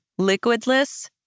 liquidless